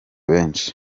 benshi